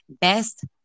best